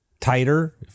tighter